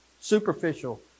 Superficial